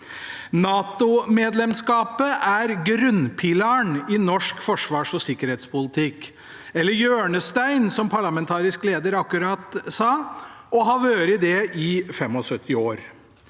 NATO-medlemskapet er grunnpilaren i norsk forsvarsog sikkerhetspolitikk – eller hjørnesteinen, som parlamentarisk leder akkurat sa – og har vært det i 75 år.